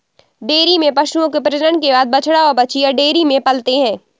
dairy में पशुओं के प्रजनन के बाद बछड़ा और बाछियाँ डेयरी में पलते हैं